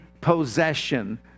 possession